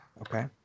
Okay